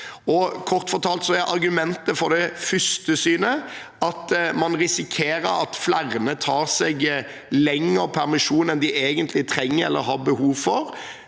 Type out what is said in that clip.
Kort fortalt er argumentet for det første synet at man risikerer at flere tar seg lengre permisjon enn de egentlig trenger eller har behov for,